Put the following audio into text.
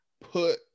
put